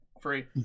Free